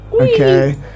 Okay